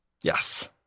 Yes